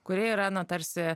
kuri yra na tarsi